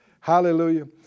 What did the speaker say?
Hallelujah